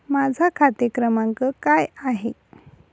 माझा खाते क्रमांक काय आहे?